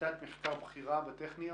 עמיתת מחקר בכירה בטכניון,